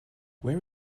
where